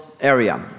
area